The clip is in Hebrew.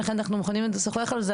ולכן אנחנו מוכנים לשוחח על זה,